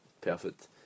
Perfect